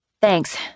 Thanks